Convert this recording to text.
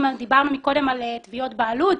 ודיברנו קודם על תביעות בעלות,